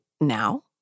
now